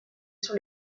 sur